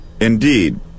Indeed